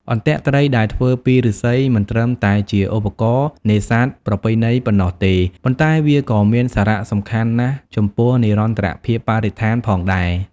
អន្ទាក់ត្រីដែលធ្វើពីឫស្សីមិនត្រឹមតែជាឧបករណ៍នេសាទប្រពៃណីប៉ុណ្ណោះទេ ប៉ុន្តែវាក៏មានសារៈសំខាន់ណាស់ចំពោះនិរន្តរភាពបរិស្ថានផងដែរ។